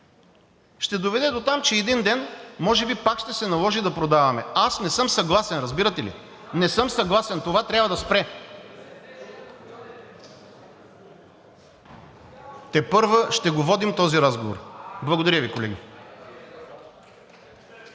ще доведе дотам, че един ден може би пак ще се наложи да продаваме. Аз не съм съгласен, разбирате ли? Не съм съгласен, това трябва да спре и тепърва ще го водим този разговор. Благодаря Ви, колеги.